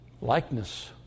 Likeness